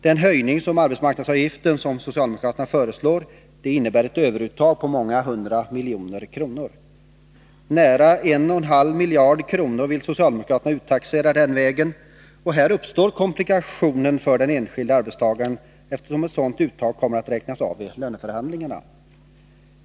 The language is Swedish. Den höjning av arbetsmarknadsavgiften som socialdemokraterna föreslår innebär ett överuttag på många hundra miljoner kronor. Nära 1,5 miljarder kronor vill socialdemo uttaxera den vägen, och här uppstår komplikationer för den enskilde arbetstagaren, eftersom ett sådant uttag kommer att räknas av vid löneförhandlingarna.